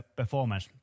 performance